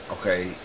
Okay